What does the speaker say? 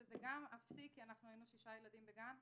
שזה גם אפסי, כי היו שישה ילדים בגן.